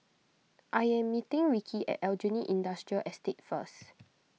I am meeting Rikki at Aljunied Industrial Estate first